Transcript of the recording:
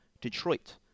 Detroit